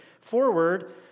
forward